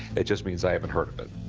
it just means i haven't heard of it.